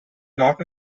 not